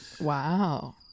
Wow